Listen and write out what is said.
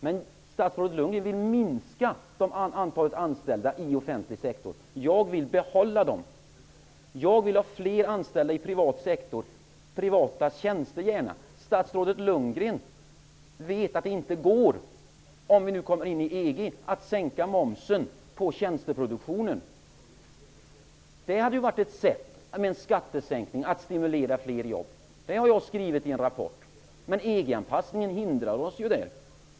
Men statsrådet Lundgren vill minska antalet anställda i offentlig sektor medan jag vill behålla dem där. Jag vill att fler anställs inom den privata sektorn, gärna i privat tjänsteverksamhet. Statsrådet Lundgren vet att det, om vi kommer in i EG, inte går att sänka momsen på tjänsteproduktionen. Jag har i en rapport framhållit att en skattesänkning annars kunde vara ett sätt att stimulera till fler jobb. EG-anpassningen hindrar oss på den punkten.